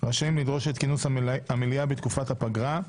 רשאים לדרוש את כינוס המליאה בתקופת הפגרה,